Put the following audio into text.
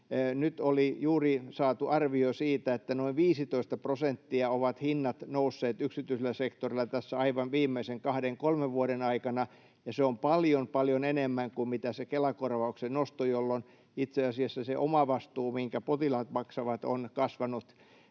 nyt oli juuri saatu arvio siitä, että noin 15 prosenttia ovat hinnat nousseet yksityisellä sektorilla tässä aivan viimeisen kahden kolmen vuoden aikana. Se on paljon, paljon enemmän kuin se Kela-korvauksen nosto, jolloin itse asiassa se omavastuu, minkä potilaat maksavat, on kasvanut.